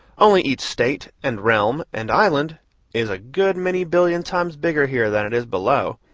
only each state and realm and island is a good many billion times bigger here than it is below.